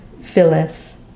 Phyllis